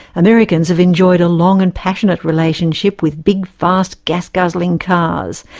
americans have enjoyed a long and passionate relationship with big fast gas-guzzling cars.